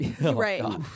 Right